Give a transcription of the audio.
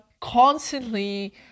constantly